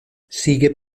sigue